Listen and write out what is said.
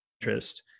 interest